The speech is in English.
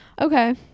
okay